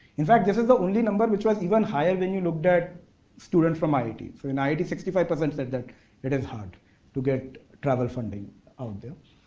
in fact, this is the only number which was even higher when you looked at students from mit. for mit, sixty five percent said that it is hard to get travel funding out there.